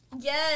Yes